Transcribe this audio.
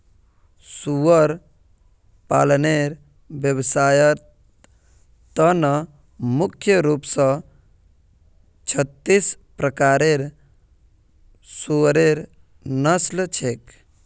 सुअर पालनेर व्यवसायर त न मुख्य रूप स छत्तीस प्रकारेर सुअरेर नस्ल छेक